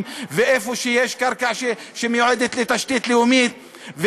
ואיפה שיש קרקע שמיועדת לתשתית לאומית,